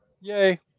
Yay